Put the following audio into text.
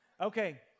Okay